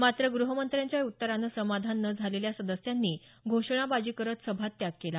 मात्र ग्रहमंत्र्यांच्या या उत्तरानं समाधान न झालेल्या सदस्यांनी घोषणाबाजी करत सभात्याग केला